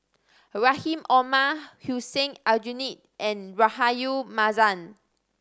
Rahim Omar Hussein Aljunied and Rahayu Mahzam